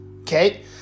okay